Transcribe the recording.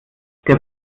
der